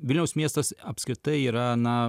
vilniaus miestas apskritai yra na